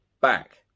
back